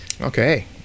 okay